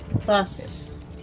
Plus